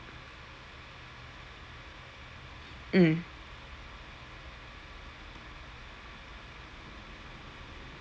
mm